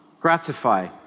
gratify